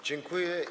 Dziękuję.